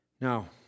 Now